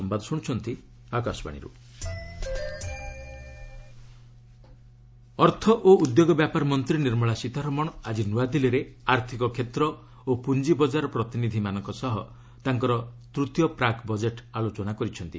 Sitharaman budget ଅର୍ଥ ଓ ଉଦ୍ୟୋଗ ବ୍ୟାପାର ମନ୍ତ୍ରୀ ନିର୍ମଳା ସୀତାରମଣ ଆଜି ନ୍ନଆଦିଲ୍ଲୀରେ ଆର୍ଥିକ କ୍ଷେତ୍ର ଓ ପୁଞ୍ଜ ବଙ୍କାର ପ୍ରତିନିଧିମାନଙ୍କ ସହ ତାଙ୍କର ତୃତୀୟ ପ୍ରାକ୍ ବଜେଟ୍ ଆଲୋଚନା କରିଛନ୍ତି